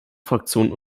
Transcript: fraktion